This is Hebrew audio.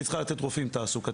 היא צריכה לתת רופאים תעסוקתיים.